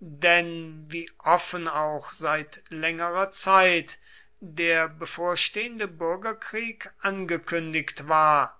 denn wie offen auch seit längerer zeit der bevorstehende bürgerkrieg angekündigt war